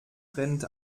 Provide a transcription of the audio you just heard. rennt